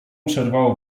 przerwało